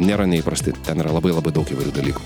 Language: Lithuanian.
nėra neįprasti ten yra labai labai daug įvairių dalykų